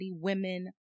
women